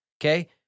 Okay